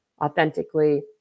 authentically